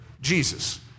Jesus